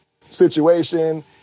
situation